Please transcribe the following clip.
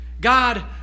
God